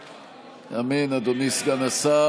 אמן, אדוני סגן השר.